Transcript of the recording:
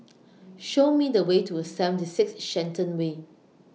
Show Me The Way to seventy six Shenton Way